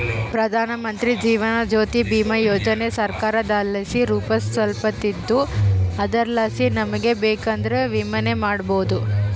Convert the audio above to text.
ಪ್ರಧಾನಮಂತ್ರಿ ಜೀವನ ಜ್ಯೋತಿ ಭೀಮಾ ಯೋಜನೆ ಸರ್ಕಾರದಲಾಸಿ ರೂಪಿಸಲ್ಪಟ್ಟಿದ್ದು ಅದರಲಾಸಿ ನಮಿಗೆ ಬೇಕಂದ್ರ ವಿಮೆನ ಮಾಡಬೋದು